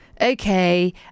okay